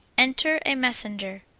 enter a messenger.